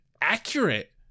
Accurate